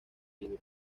libro